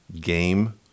game